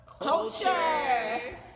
culture